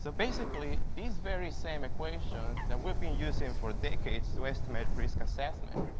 so basically, these very same equations that we've been using for decades to estimate risk assessment,